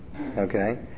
Okay